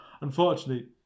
Unfortunately